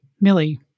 Millie